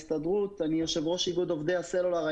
יושב ראש איגוד עובדי הסלולר,